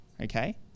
Okay